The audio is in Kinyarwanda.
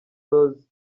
loss